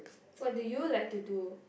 what do you like to do